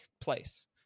place